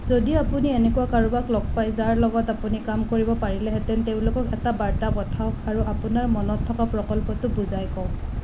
যদি আপুনি এনেকুৱা কাৰোবাক লগ পায় যাৰ লগত আপুনি কাম কৰিব পাৰিলেহেঁতেন তেওঁলোকক এটা বাৰ্তা পঠাওঁক আৰু আপোনাৰ মনত থকা প্ৰকল্পটো বুজাই কওক